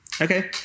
Okay